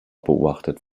beobachtet